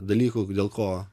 dalykų dėl ko